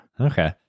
Okay